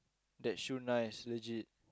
that shoes nice legit